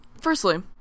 firstly